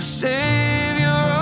savior